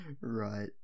Right